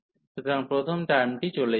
সুতরাং প্রথম টার্মটি চলে যাবে